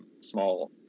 small